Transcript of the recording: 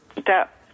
step